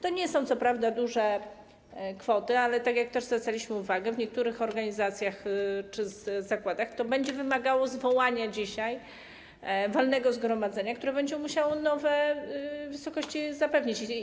To nie są co prawda duże kwoty, ale, tak jak też już zwracaliśmy uwagę, w niektórych organizacjach czy zakładach to będzie wymagało zwołania dzisiaj walnego zgromadzenia, które będzie musiało zapewnić środki w nowych wysokościach.